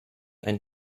ein